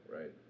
right